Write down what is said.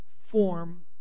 form